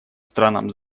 странам